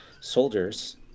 soldiers—